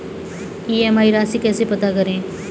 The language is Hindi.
ई.एम.आई राशि कैसे पता करें?